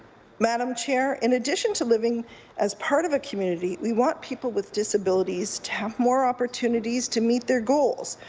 madam chair, in addition to living as part of a community, we want people with disabilities to have more opportunities to meet their goal,